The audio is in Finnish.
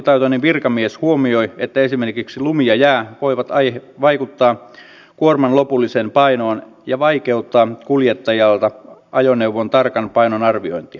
ammattitaitoinen virkamies huomioi että esimerkiksi lumi ja jää voivat vaikuttaa kuorman lopulliseen painoon ja vaikeuttaa kuljettajalta ajoneuvon tarkan painon arviointia